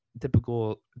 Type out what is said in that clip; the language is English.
typical